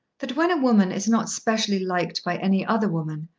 that when a woman is not specially liked by any other woman,